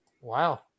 Wow